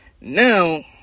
Now